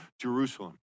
Jerusalem